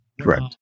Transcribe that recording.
Correct